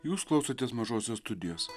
jūs klausotės mažosios studijos